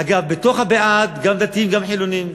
אגב, בתוך הבעד, גם דתיים, גם חילונים,